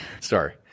Sorry